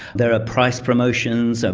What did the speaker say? there are price promotions, ah